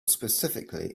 specifically